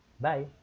Bye